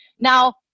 Now